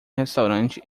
restaurante